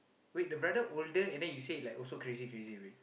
wait the brother older and then you say like also crazy crazy a bit